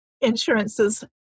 insurances